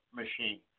machine